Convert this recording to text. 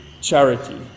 charity